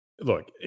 Look